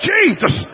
Jesus